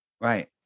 right